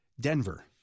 Denver